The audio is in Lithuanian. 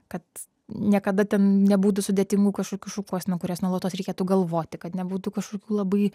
kad niekada ten nebūtų sudėtingų kažkokių šukuosenų kurias nuolatos reikėtų galvoti kad nebūtų kažkokių labai